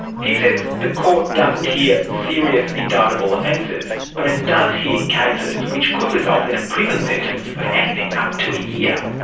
he says the court doesn't hear serious indictable offences, but it does hear cases which could result in a prison sentence of anything up to a yeah